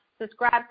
Subscribe